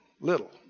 little